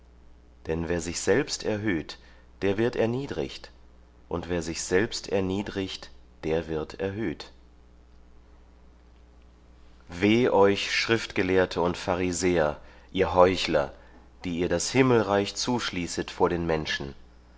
denn wer sich selbst erhöht der wird erniedrigt und wer sich selbst erniedrigt der wird erhöht weh euch schriftgelehrte und pharisäer ihr heuchler die ihr das himmelreich zuschließet vor den menschen